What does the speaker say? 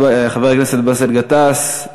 חבר הכנסת באסל גטאס,